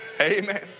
Amen